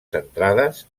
centrades